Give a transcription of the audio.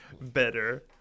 better